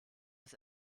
des